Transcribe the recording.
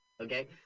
okay